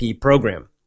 program